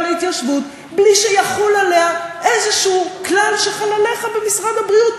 להתיישבות בלי שיחול עליה איזשהו כלל שחל עליך במשרד הבריאות.